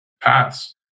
paths